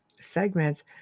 segments